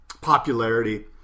popularity